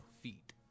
feet